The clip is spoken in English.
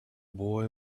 boy